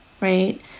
right